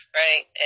right